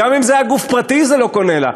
גם אם זה היה גוף פרטי זה לא קונה לה.